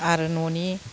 आरो न'नि